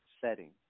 setting